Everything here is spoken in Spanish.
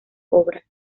obras